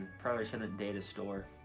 probably shouldn't a date a store.